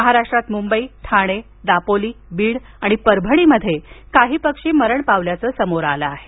महाराष्ट्रात मुंबई ठाणे दापोली बीड आणि परभणीमध्ये काही पक्षी मरण पावल्याचं समोर आलं आहे